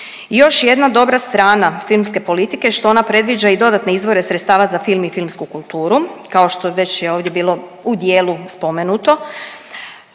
još jedna dobra strana filmske politike što ona predviđa i dodatne izvore sredstava za film i filmsku kulturu kao što već je ovdje bilo u dijelu spomenuto,